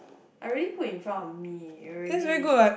I already put in front of me already